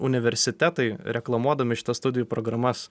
universitetai reklamuodami šitas studijų programas